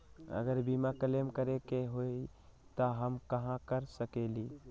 अगर बीमा क्लेम करे के होई त हम कहा कर सकेली?